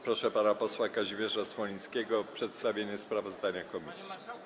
Proszę pana posła Kazimierza Smolińskiego o przedstawienie sprawozdania komisji.